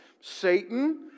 Satan